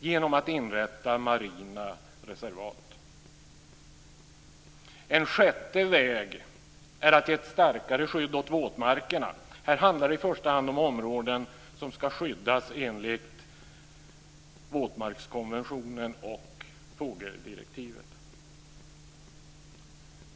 genom att inrätta marina reservat. En sjätte väg är att ge ett starkare skydd åt våtmarkerna. Här handlar det i första hand om områden som ska skyddas enligt våtmarkskonventionen och fågeldirektivet.